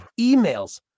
emails